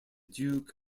duke